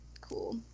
cool